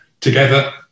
together